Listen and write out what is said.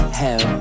hell